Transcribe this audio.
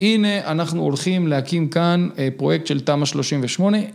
‫הנה, אנחנו הולכים להקים כאן ‫פרויקט של תמא 38.